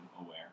aware